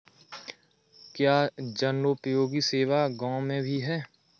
क्या जनोपयोगी सेवा गाँव में भी है?